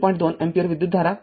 २ ampere विद्युतधारा आहे